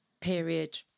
period